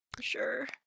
Sure